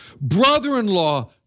brother-in-law